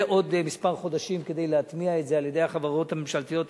יהיו עוד כמה חודשים כדי להטמיע את זה על-ידי החברות הממשלתיות,